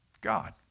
God